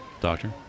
Doctor